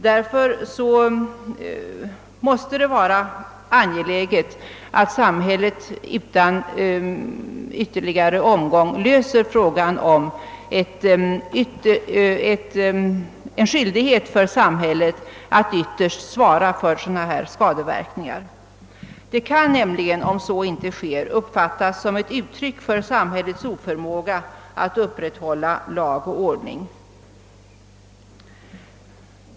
Därför måste det vara angeläget att samhället utan ytterligare dröjsmål löser frågan om skyldighet för samhället att ytterst svara för dylika skadeverkningar. Om så inte sker kan det nämligen uppfattas som ett uttryck för samhällets oförmåga att upprätthålla lag och ordning.